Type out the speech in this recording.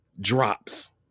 drops